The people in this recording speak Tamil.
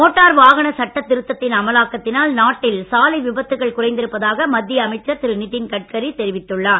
மோட்டார் வாகன சட்ட திருத்தத்தின் அமலாக்கத்தினால் நாட்டில் சாலை விபத்துகள் குறைந்திருப்பதாக மத்திய அமைச்சர் திரு நிதின் கட்கரி தெரிவித்துள்ளார்